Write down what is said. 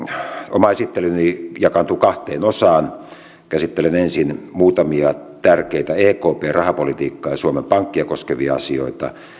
oma esittelyni jakaantuu kahteen osaan käsittelen ensin muutamia tärkeitä ekpn rahapolitiikkaa ja suomen pankkia koskevia asioita